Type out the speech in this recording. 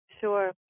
Sure